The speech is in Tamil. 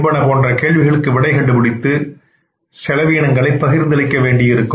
என்பன போன்ற கேள்விகளுக்கு விடை கண்டுபிடித்து செலவுகளை பகிர்ந்தளிக்க வேண்டியிருக்கும்